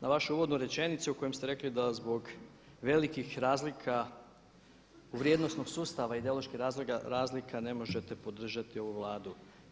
na vašu uvodnu rečenicu u kojoj ste rekli da zbog velikih razlika vrijednosnog sustav i ideoloških razlika ne možete podržati ovu Vladu.